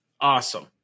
awesome